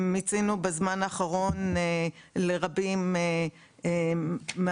מיצינו בזמן האחרון לרבים מהניצולים,